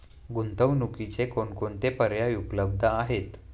गुंतवणुकीचे कोणकोणते पर्याय उपलब्ध आहेत?